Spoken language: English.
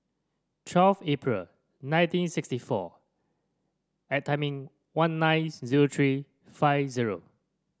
twelve April nineteen sixty four one nine zero three five zero